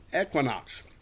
equinox